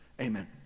Amen